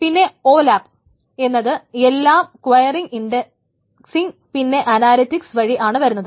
പിന്നെ ഈ O lap എന്നത് എല്ലാം ക്വയറിംഗ് ഇൻഡെക്സിങ്ങ് പിന്നെ അനാലിറ്റിക്സ് വഴി ആണ് വരുന്നത്